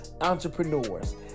entrepreneurs